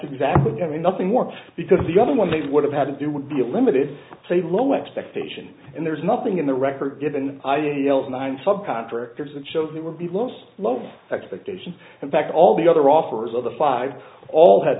exactly i mean nothing worked because the other one they would have had to do would be limited to a low expectation and there's nothing in the record given nine sub contractors and shows that will be lost loved expectations in fact all the other offers of the five all ha